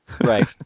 Right